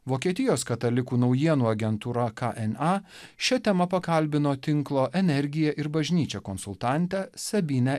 vokietijos katalikų naujienų agentūra k n a šia tema pakalbino tinklo energija ir bažnyčia konsultantę sabine